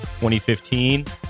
2015